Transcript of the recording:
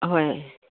হয়